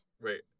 Wait